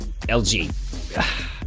LG